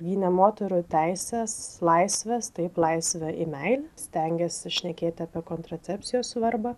gynė moterų teises laisves taip laisvę į meilę stengėsi šnekėti apie kontracepcijos svarbą